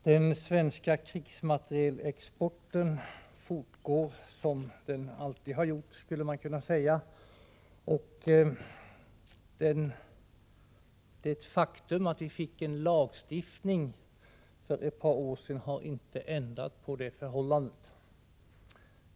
Herr talman! Den svenska krigsmaterielexporten fortgår som den alltid har gjort, skulle man kunna säga. Det faktum att vi fick en lagstiftning för ett par år sedan har inte ändrat på det förhållandet.